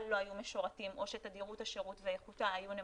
לא היו משורתים או שתדירות השירות ואיכותה היו נמוכים,